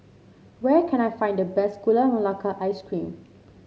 where can I find the best Gula Melaka Ice Cream